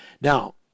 Now